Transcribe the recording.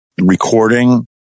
recording